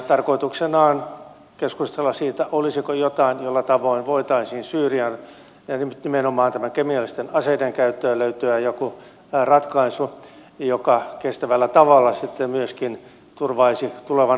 tarkoituksena on keskustella siitä olisiko jotain jolla tavoin voitaisiin syyrian nimenomaan tähän kemiallisten aseiden käyttöön löytää joku ratkaisu joka kestävällä tavalla sitten myöskin turvaisi tulevan rauhan mahdollisuudet